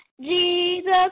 Jesus